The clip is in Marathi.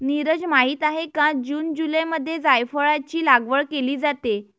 नीरज माहित आहे का जून जुलैमध्ये जायफळाची लागवड केली जाते